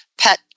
pet